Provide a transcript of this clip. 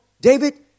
David